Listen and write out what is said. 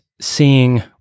seeing